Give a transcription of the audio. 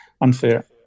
unfair